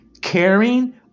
caring